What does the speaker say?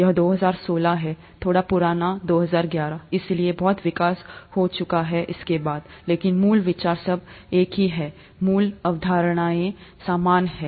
यह 2016 है थोड़ा पुराना 2011 इसलिए बहुत विकास हुआ है उसके बाद लेकिन मूल विचार सब एक ही है मूल अवधारणाएं समान हैं